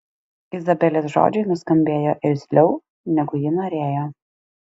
izabelės žodžiai nuskambėjo irzliau negu ji norėjo